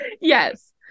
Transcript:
yes